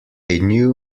new